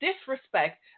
disrespect